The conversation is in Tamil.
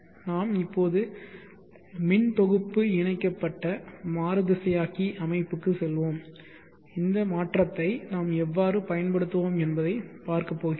நாம் இப்போது மின் தொகுப்பு இணைக்கப்பட்ட மாறுதிசையாக்கி அமைப்புக்கு செல்வோம் இந்த மாற்றத்தை நாம் எவ்வாறு பயன்படுத்துவோம் என்பதை பார்க்கப் போகிறோம்